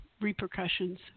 repercussions